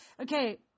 Okay